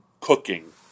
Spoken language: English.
cooking